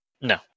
no